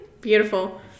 Beautiful